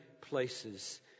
places